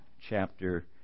chapter